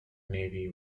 navy